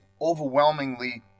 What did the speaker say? overwhelmingly